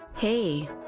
Hey